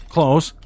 Close